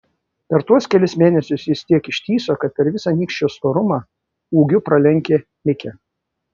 per tuos kelis mėnesius jis tiek ištįso kad per visą nykščio storumą ūgiu pralenkė mikę